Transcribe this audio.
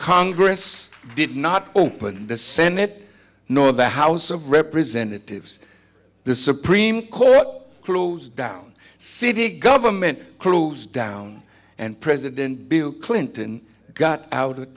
congress did not open the senate nor the house of representatives the supreme court closed down city government closed down and president bill clinton got out of